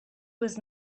was